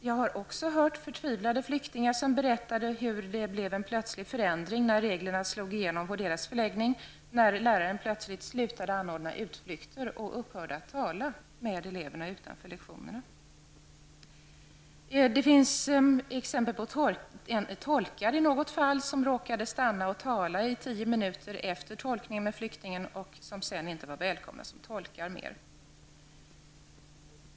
Jag har också hört förtvivlade flyktingar berätta om hur det blev en plötslig förändring när reglerna slog igenom på deras förläggning. Läraren slutade plötsligt att anordna utflykter och upphörde att tala med eleverna utanför lektionerna. Det finns exempel på att tolkar som råkat stanna i tio minuter efter tolkningen och tala med flyktingen inte sedan har varit välkomna mer.